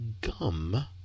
gum